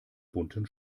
bunten